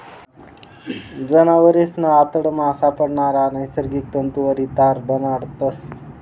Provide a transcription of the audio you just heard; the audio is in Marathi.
जनावरेसना आतडामा सापडणारा नैसर्गिक तंतुवरी तार बनाडतस